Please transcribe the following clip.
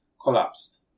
collapsed